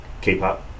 K-pop